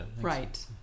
Right